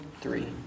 three